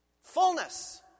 Fullness